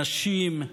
הנשים,